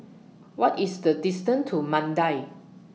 What IS The distance to Mandai